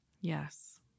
Yes